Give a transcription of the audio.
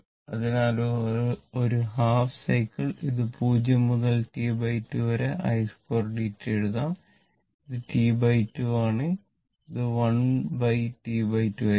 അതിനാൽ ഒരു ഹാഫ് സൈക്കിളിൽ ഇത് 0 മുതൽ T2 വരെ i2 dt എഴുതാം ഇത് T2 ആണ് ഇത് 1T2 ആയിരിക്കും